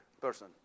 person